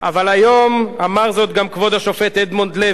אבל היום אמר זאת גם כבוד השופט אדמונד לוי,